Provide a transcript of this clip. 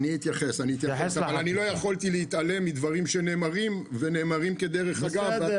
אני אתייחס אבל לא יכולתי להתעלם מדברים שנאמרים כדרך אגב,